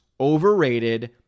overrated